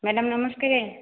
madam Namaste